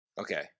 Okay